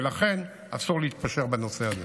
ולכן אסור להתפשר בנושא הזה.